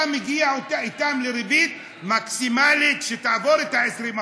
אתה מגיע אתן לריבית מקסימלית שתעבור את ה-20%.